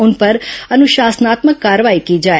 उन पर अनुशासनात्मक कार्रवाई की जाए